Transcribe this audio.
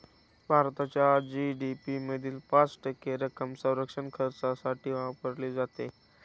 भारताच्या जी.डी.पी मधील पाच टक्के रक्कम संरक्षण खर्चासाठी वापरली जाते